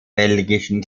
belgischen